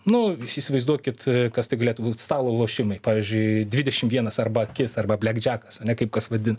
nu jūs įsivaizduokit kas tai galėtų būt stalo lošimai pavyzdžiui dvidešim vienas arba akis arba blek džekas kaip kas vadina